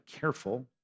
careful